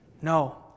No